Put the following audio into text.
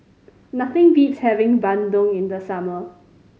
nothing beats having bandung in the summer